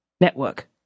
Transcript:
Network